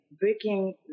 breaking